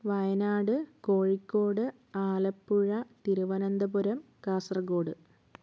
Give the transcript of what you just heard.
Wayanad Kozhikode Alappuzha Thiruvananthapuram Kasaragod